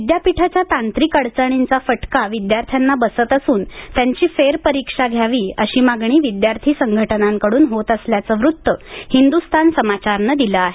विद्यापीठाच्या तांत्रिक अडचणींचा फटका विद्यार्थ्यांना बसत असून त्यांची फेरपरीक्षा घ्यावी अशी मागणी विद्यार्थी संघटनांकडून होत असल्याचं वृत्त हिंदुस्तान संमाचारनं दिलं आहे